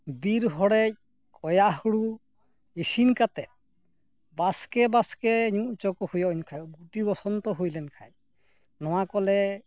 ᱵᱤᱨ ᱦᱚᱲᱮᱡ ᱠᱚᱭᱟ ᱦᱩᱲᱩ ᱤᱥᱤᱱ ᱠᱟᱛᱮ ᱵᱟᱥᱠᱮ ᱵᱟᱥᱠᱮ ᱧᱩ ᱦᱚᱪᱚ ᱠᱚ ᱦᱩᱭᱩᱜᱼᱟ ᱩᱱ ᱡᱚᱠᱷᱟᱡ ᱜᱩᱴᱤ ᱵᱚᱥᱚᱱᱛᱚ ᱦᱩᱭ ᱞᱮᱱᱠᱷᱟᱱ ᱱᱚᱣᱟ ᱠᱚᱞᱮ